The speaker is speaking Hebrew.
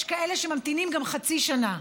יש כאלה שממתינים גם חצי שנה.